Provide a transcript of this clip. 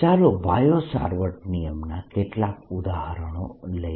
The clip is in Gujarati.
ચાલો બાયો સાવર્ટ નિયમના કેટલાક ઉદાહરણો લઈએ